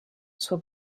soit